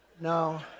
No